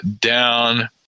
down